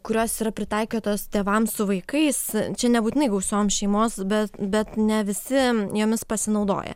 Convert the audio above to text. kurios yra pritaikytos tėvams su vaikais čia nebūtinai gausioms šeimos bet bet ne visi jomis pasinaudoja